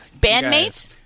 Bandmate